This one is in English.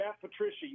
Patricia